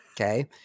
Okay